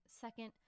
Second